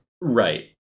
Right